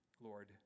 Lord